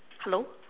hello